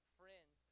friends